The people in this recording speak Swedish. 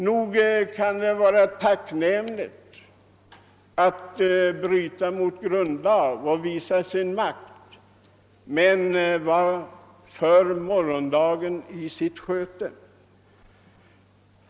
Nog kan det kännas tacknämligt att bryta mot grundlag och visa sin makt, men vad för morgondagen då i sitt sköte?